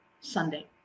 Sunday